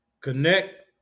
Connect